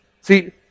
See